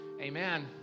Amen